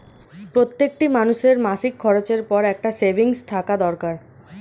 প্রত্যেকটি মানুষের মাসিক খরচের পর একটা সেভিংস থাকা দরকার